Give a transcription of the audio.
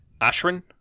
Ashran